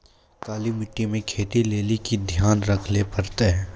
काली मिट्टी मे खेती लेली की ध्यान रखे परतै?